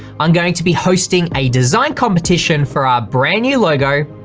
i'm going to be hosting a design competition for our brand new logo,